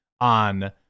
on